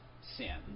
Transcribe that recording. sin